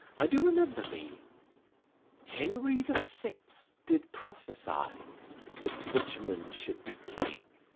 i do remember me henry the sixth did prophesy that richmond should be king,